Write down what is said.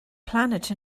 planet